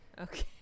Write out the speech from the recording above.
okay